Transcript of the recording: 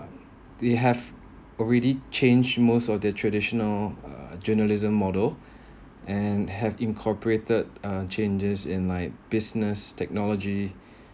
uh they have already changed most of the traditional uh journalism model and have incorporated uh changes in like business technology